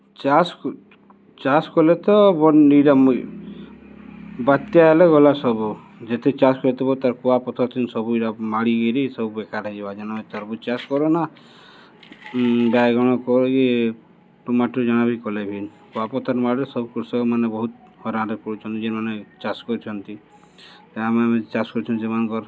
ଚାଷ୍ ଚାଷ୍ କଲେ ତ ଇଟା ବାତ୍ୟା ହେଲେ ଗଲା ସବୁ ଯେତେ ଚାଷ୍ କରିଥିବ ତାର୍ କୁଆପଥର୍ ଥି ସବୁ ଇଟା ମାଡ଼ିିକରି ସବୁ ବେକାର୍ ହେଇଯିବା ଯେନ୍ ତର୍ବୁଜ୍ ଚାଷ୍ କରନା ବାଇଗଣ୍ କର କି ଟମାଟର୍ ଜଣା ବି କଲେ ବି କୁଆପଥର୍ ମାଡ଼୍ଲେ ସବୁ କୃଷକମାନେ ବହୁତ ହଇରାଣ୍ରେ ପଡ଼ୁଛନ୍ ଯେନ୍ମାନେ ଚାଷ୍ କରୁଛନ୍ ଆମେ ଆମେ ଚାଷ୍ କରୁଛନ୍ତି ସେମାନଙ୍କର୍